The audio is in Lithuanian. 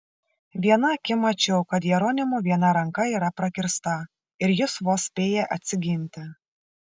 viena akim mačiau kad jeronimo viena ranka yra prakirsta ir jis vos spėja atsiginti